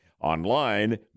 Online